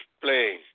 playing